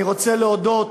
אני רוצה להודות